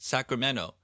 Sacramento